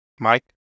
Mike